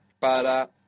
para